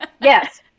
yes